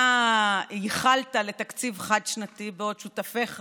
אתה ייחלת לתקציב חד-שנתי בעוד שותפיך